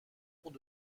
cours